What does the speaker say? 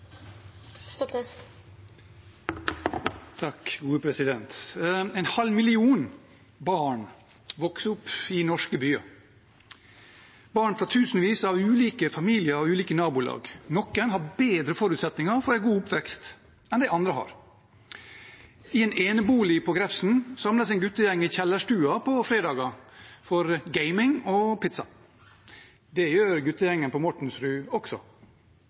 ulike familier og ulike nabolag. Noen har bedre forutsetninger for en god oppvekst enn det andre har. I en enebolig på Grefsen samles en guttegjeng i kjellerstua på fredager for gaming og pizza. Det gjør guttegjengen på Mortensrud også.